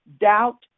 doubt